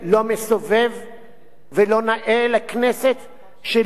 ולא נאה לכנסת שלא תפעיל את סמכותה.